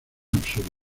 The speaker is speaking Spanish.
absurdo